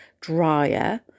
dryer